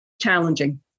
Challenging